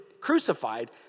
crucified